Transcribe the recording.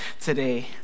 today